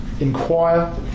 Inquire